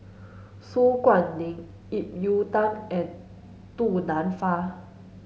Su Guaning Ip Yiu Tung and Du Nanfa